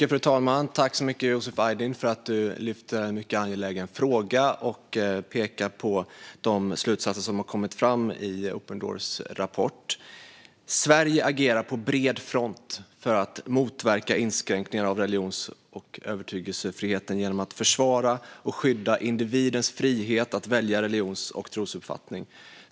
Fru talman! Jag tackar Yusuf Aydin för att han tar upp en angelägen fråga och pekar på slutsatserna i Open Doors rapport. Sverige agerar på bred front för att motverka inskränkning av religions och övertygelsefriheten genom att försvara och skydda individens frihet att välja religions och trosuppfattning.